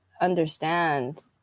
understand